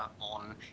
on